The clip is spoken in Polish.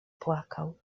płakał